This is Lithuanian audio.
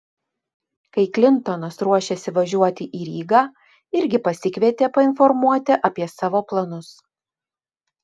kai klintonas ruošėsi važiuoti į rygą irgi pasikvietė painformuoti apie savo planus